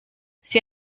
sie